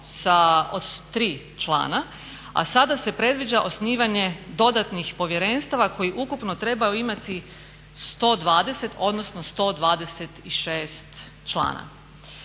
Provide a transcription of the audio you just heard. od tri člana, a sada se predviđa osnivanje dodatnih Povjerenstava koji ukupno trebaju imati 120 odnosno 126 člana.